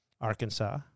Arkansas